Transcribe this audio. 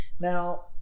Now